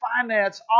finance